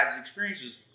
experiences